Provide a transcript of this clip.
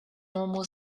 normal